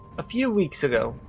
a few weeks ago,